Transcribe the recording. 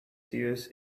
serious